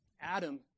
Adam